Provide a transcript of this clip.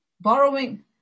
borrowing